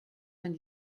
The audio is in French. vingt